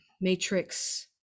matrix